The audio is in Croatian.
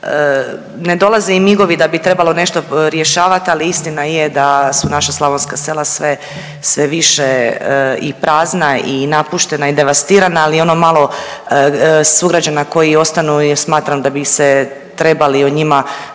ne dolaze im migovi da bi trebalo nešto rješavat, ali istina je da su naša slavonska sela sve, sve više i prazna i napuštena i devastirana, ali i ono malo sugrađana koji ostanu smatram da bi ih se trebali o njima